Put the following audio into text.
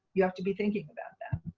you have to be thinking about that.